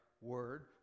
word